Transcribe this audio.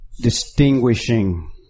Distinguishing